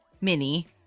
mini